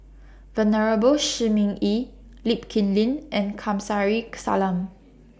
Venerable Shi Ming Yi Lee Kip Lin and Kamsari Salam